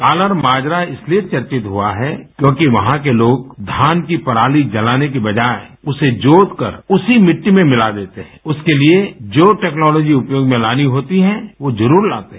कल्लर माजरा इसलिए चर्चित हुआ है क्योंकि वहाँ के लोग धान की पराली जलाने की बजाय उसे जोतकर उसी मिट्टी में मिला देते हैं उसके लिए जो जमबीदवसवहल उपयोग में लानी होती हैं वो जरूर लाते हैं